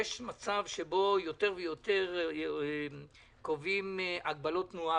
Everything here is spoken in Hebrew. יש מצב שבו יותר ויותר קובעים הגבלות תנועה